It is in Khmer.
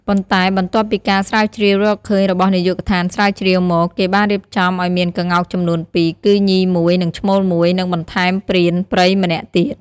ប៉ុន្តែបន្ទាប់ពីការស្រាវជ្រាវរកឃើញរបស់នាយកដ្ឋានស្រាវជ្រាវមក គេបានរៀបចំឲ្យមានក្ងោកចំនួនពីរ គឺញីមួយ និងឈ្មោលមួយ និងបន្ថែមព្រានព្រៃម្នាក់ទៀត។